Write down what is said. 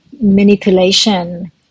manipulation